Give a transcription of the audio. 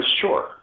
Sure